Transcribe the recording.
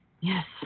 Yes